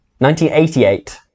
1988